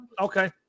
Okay